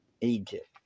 Egypt